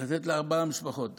ולתת לארבע משפחות לקנות.